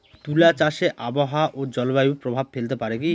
তুলা চাষে আবহাওয়া ও জলবায়ু প্রভাব ফেলতে পারে কি?